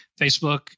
Facebook